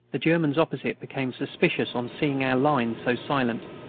the germans opposite became suspicious on seeing our line so silent,